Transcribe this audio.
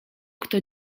kto